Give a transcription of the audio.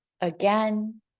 again